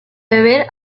beber